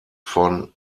von